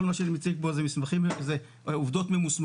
מה שאני מציג פה הם עובדות ממוסמכות.